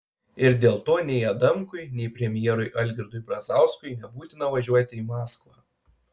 ir dėl to nei adamkui nei premjerui algirdui brazauskui nebūtina važiuoti į maskvą